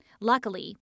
Luckily